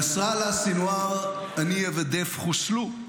נסראללה, סנוואר, הנייה ודף חוסלו.